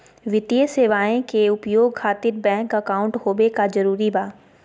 वित्तीय सेवाएं के उपयोग खातिर बैंक अकाउंट होबे का जरूरी बा?